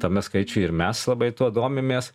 tame skaičiuj ir mes labai tuo domimės